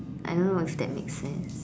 I don't know if that makes sense